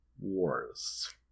Wars